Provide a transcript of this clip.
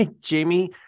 Jamie